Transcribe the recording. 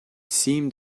seemed